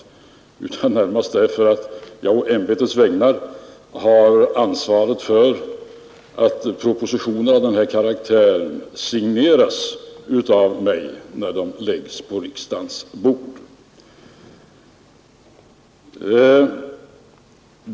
Jag gör det närmast därför att jag på ämbetets vägnar har ansvaret för att propositioner av detta slag signeras av mig innan de läggs på riksdagens bord.